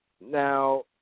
Now